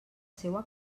seua